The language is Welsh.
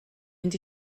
mynd